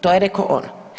To je rekao on.